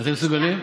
את מסוגלת?